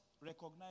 recognize